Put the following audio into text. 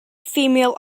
female